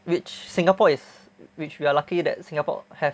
which Singapore is which we are lucky that Singapore have